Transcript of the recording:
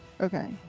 Okay